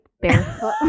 barefoot